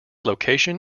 location